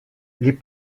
les